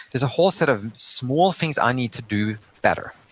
there's a whole set of small things i need to do better.